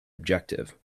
objective